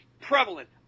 prevalent